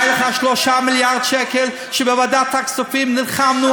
היו לך 3 מיליארד שקל שבוועדת הכספים נלחמנו,